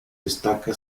destaca